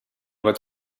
wordt